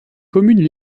communes